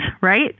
right